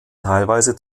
teilweise